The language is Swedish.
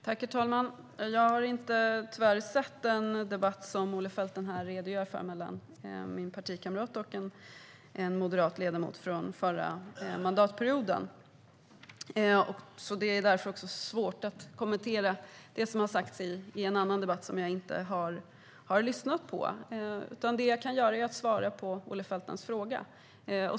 Herr talman! Jag har tyvärr inte sett den debatt som Olle Felten här redogör för, mellan min partikamrat och en moderat ledamot under förra mandatperioden. Därför är det svårt att kommentera den debatten. Det jag kan göra är att svara på Olle Feltens fråga.